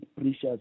precious